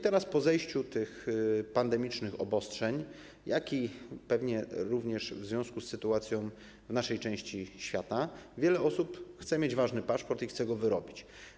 Teraz, po zniesieniu pandemicznych obostrzeń, jak również pewnie w związku z sytuacją w naszej części świata, wiele osób chce mieć ważny paszport, chce go wyrobić.